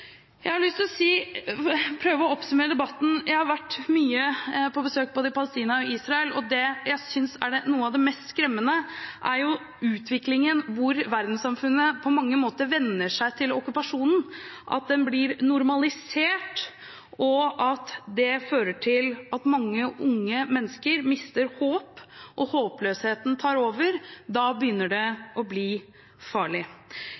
Jeg har lyst til å prøve å oppsummere debatten. Jeg har vært mye på besøk i både Palestina og Israel. Det jeg synes er noe av det mest skremmende, er utviklingen hvor verdenssamfunnet på mange måter vender seg til okkupasjonen, at den blir normalisert, og at det fører til at mange unge mennesker mister håp – håpløsheten tar over. Da begynner det å bli farlig.